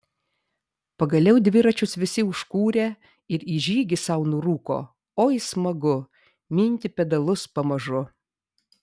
pagaliau dviračius visi užkūrė ir į žygį sau nurūko oi smagu minti pedalus pamažu